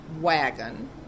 wagon